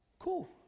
Cool